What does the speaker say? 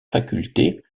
facultés